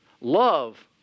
love